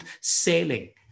sailing